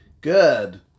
Good